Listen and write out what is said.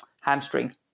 hamstring